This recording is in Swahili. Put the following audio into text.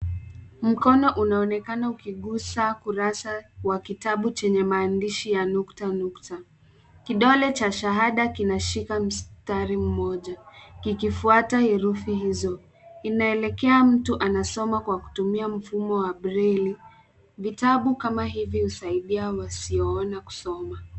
Mkono unaonekana ukigusa ukurasa wa kitabu chenye maandishi ya nukta nukta. Kidole cha shahada kinashika mstari mmoja, kikifuata herufi hizo. Inaelekea mtu anasoma kwa kutumia mfumo wa braille . Vitabu kama hivi husaidia wasioona kusoma.